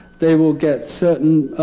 they will get certain